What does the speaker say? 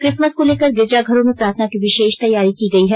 Christmas को लेकर गिरिजा घरों में प्रार्थना की विषेष तैयारी की गयी है